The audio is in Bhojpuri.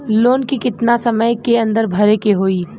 लोन के कितना समय के अंदर भरे के होई?